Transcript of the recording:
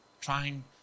trying